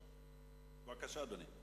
אדוני היושב-ראש?